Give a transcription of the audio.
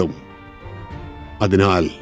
Adinal